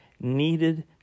needed